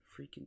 freaking